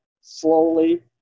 slowly